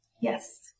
Yes